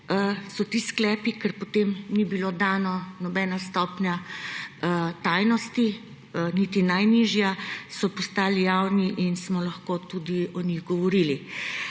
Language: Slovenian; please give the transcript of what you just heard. so ti sklepi, ker potem ni bila dana nobena stopanja tajnosti, niti najnižja, postali javni in smo lahko tudi o njih govorili.